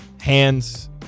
hands